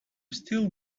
still